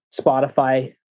Spotify